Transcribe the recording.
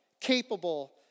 capable